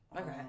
Okay